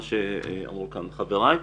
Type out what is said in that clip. מה שדובר כאן על ידי חבריי.